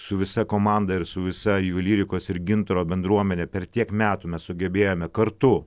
su visa komanda ir su visa jų lyrikos ir gintaro bendruomene per tiek metų mes sugebėjome kartu